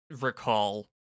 Recall